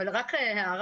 אבל רק הערה,